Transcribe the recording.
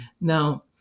Now